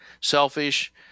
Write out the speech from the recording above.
selfish